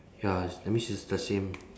ya that means it's the same